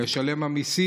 של משלם המסים,